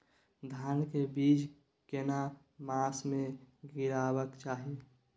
धान के बीज केना मास में गीराबक चाही?